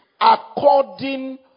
according